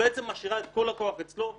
את משאירה את כל הכוח אצלו,